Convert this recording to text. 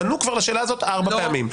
ענו כבר לשאלה הזאת ארבע פעמים.